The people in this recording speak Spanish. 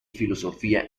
filosofía